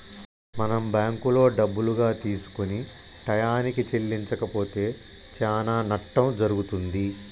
మనం బ్యాంకులో డబ్బులుగా తీసుకొని టయానికి చెల్లించకపోతే చానా నట్టం జరుగుతుంది